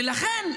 ולכן,